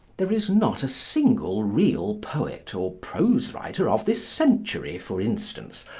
there is not a single real poet or prose-writer of this century, for instance,